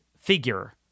figure